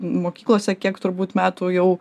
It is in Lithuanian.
mokyklose kiek turbūt metų jau